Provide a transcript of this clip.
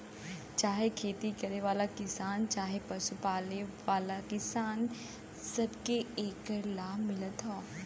चाहे खेती करे वाला किसान चहे पशु पालन वाला किसान, सबके एकर लाभ मिलत हौ